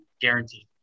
Guaranteed